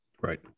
right